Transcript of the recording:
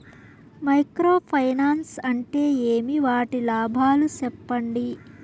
Micro finance అంటే ఏమి? వాటి లాభాలు సెప్పండి?